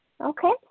Okay